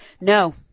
No